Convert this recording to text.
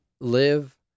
live